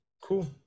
cool